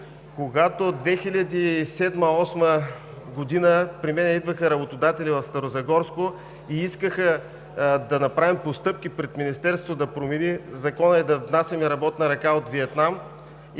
…когато 2007, 2008 г. при мен идваха работодатели в Старозагорско и искаха да направим постъпки пред Министерството да промени Закона и да внасяме работна ръка от Виетнам.